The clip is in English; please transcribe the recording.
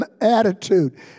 attitude